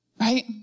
Right